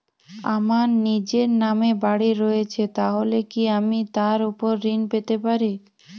আমার নিজের নামে বাড়ী রয়েছে তাহলে কি আমি তার ওপর ঋণ পেতে পারি?